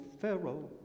Pharaoh